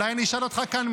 אולי אני אשאל אותך כאן,